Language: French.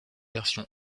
version